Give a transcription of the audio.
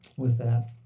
with that,